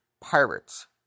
pirates